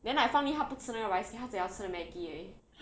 then like fan yi 他不吃那个 rice cake 他只要吃 Maggi 而已